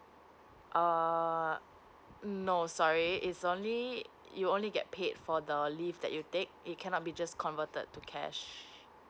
err err mm no sorry it's only you only get paid for the leave that you take it cannot be just converted to cash